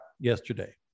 yesterday